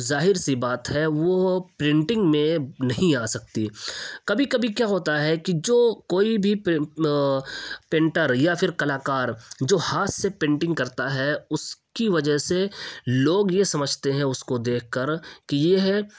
ظاہر سی بات ہے وہ پرنٹنگ میں نہیں آ سکتی کبھی کبھی کیا ہوتا ہے کہ جو کوئی بھی پینٹر یا پھر کلا کار جو ہاتھ سے پینٹنگ کرتا ہے اس کی وجہ سے لوگ یہ سمجھتے ہیں اس کو دیکھ کر کہ یہ